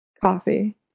Coffee